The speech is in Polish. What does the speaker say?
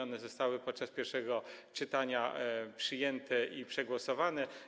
One zostały podczas pierwszego czytania przyjęte i przegłosowane.